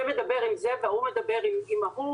זה מדבר עם זה וההוא מדבר עם ההוא